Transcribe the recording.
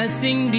sing